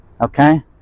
okay